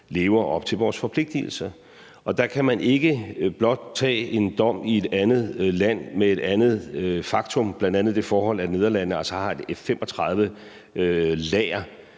lever op til vores forpligtigelser. Og der kan man ikke blot tage en dom i et andet land med et andet faktum, bl.a. det forhold, at Nederlandene altså har et F 35-lager,